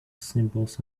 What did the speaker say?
symbols